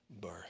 birth